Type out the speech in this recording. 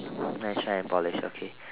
may I shrine and polish okay